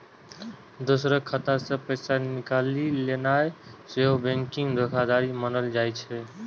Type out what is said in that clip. दोसरक खाता सं पैसा निकालि लेनाय सेहो बैंकिंग धोखाधड़ी मानल जाइ छै